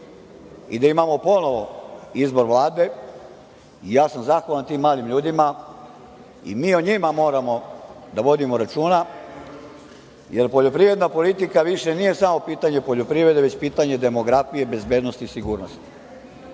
i da ponovo imamo izbor Vlade i ja sam zahvalan tim mladim ljudima i mi o njima moramo da vodimo računa, jer poljoprivredna politika nije više samo pitanje poljoprivrede, već pitanje demografije, pitanje bezbednosti, sigurnosti. Želim